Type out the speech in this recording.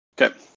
Okay